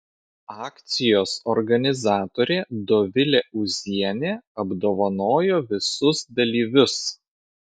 akcijos organizatorė dovilė ūzienė apdovanojo visus dalyvius